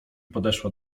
podeszła